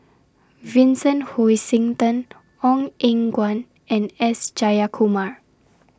Vincent Hoisington Ong Eng Guan and S Jayakumar